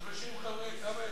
כמה יש?